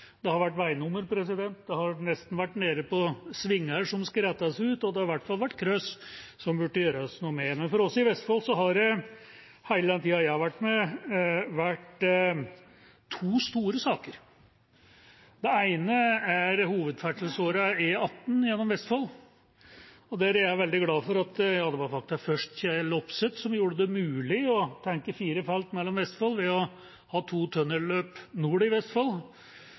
Det har vært veinummer, det har nesten vært nede på svinger som skal rettes ut, og det har i hvert fall vært kryss som burde gjøres noe med. For oss i Vestfold har det hele den tida jeg har vært med, vært to store saker. Den ene er hovedferdselsåren E18 gjennom Vestfold. Der er jeg veldig glad for at det først var Kjell Opseth som gjorde det mulig å tenke fire felt gjennom Vestfold ved å ha to tunnelløp nord i Vestfold,